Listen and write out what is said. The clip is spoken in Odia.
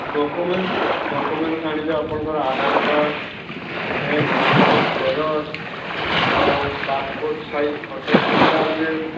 ଡକୁମେଣ୍ଟ ଡକୁମେଣ୍ଟ ଆଣିବେ ଆପଣଙ୍କ Aadhaar card bank passbook xerox ଆଉ ପାସପୋର୍ଟ ସାଇଜ ଫଟୋ ତିନଟା ଆଣିବେ